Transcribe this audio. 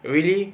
really